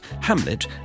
Hamlet